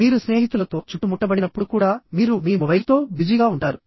మీరు స్నేహితులతో చుట్టుముట్టబడినప్పుడు కూడా మీరు మీ మొబైల్తో బిజీగా ఉంటారు